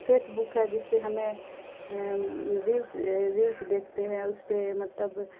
face بک ہے جس سے ہمیں ریلس ریلس دیکھتے ہیں اس پہ مطلب